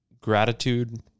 gratitude